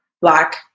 black